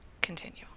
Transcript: Continue